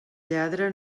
lladra